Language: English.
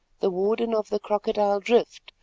the warden of the crocodile drift,